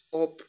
up